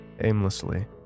Aimlessly